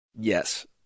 Yes